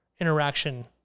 interaction